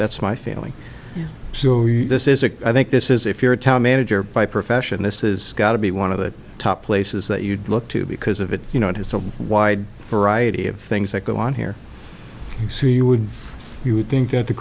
that's my feeling so this is a i think this is if you're a town manager by profession this is got to be one of the top places that you look to because of it you know it has to a wide variety of things that go on here see you would you would think that the